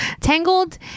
Tangled